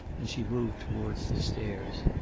and she moved towards the stairs.